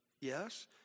Yes